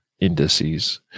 indices